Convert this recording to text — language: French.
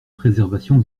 préservation